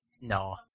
No